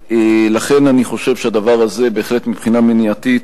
לכן, אני חושב שהדבר הזה, בהחלט, מבחינה מניעתית,